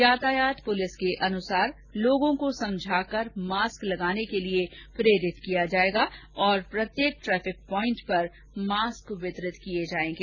यातायात पुलिस के अनुसार लोगों को समझाकर मास्क लगाने के लिए प्रेरित किया जाएगा और प्रत्येक ट्रेफिक पॉइंट पर मास्क वितरित किये जाएंगे